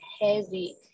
heavy